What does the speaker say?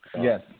Yes